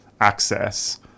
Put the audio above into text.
access